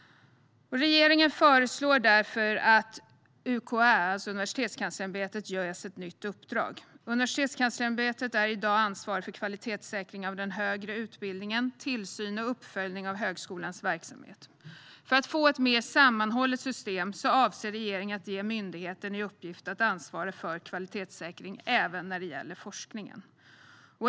Regeringen föreslår därför att UKÄ, Universitetskanslersämbetet, ges ett nytt uppdrag. Universitetskanslersämbetet är i dag ansvarigt för kvalitetssäkring av den högre utbildningen och för tillsyn och uppföljning av högskolans verksamhet. För att få ett mer sammanhållet system avser regeringen att ge myndigheten i uppgift att ansvara för kvalitetssäkring även när det gäller forskningen.